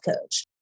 coach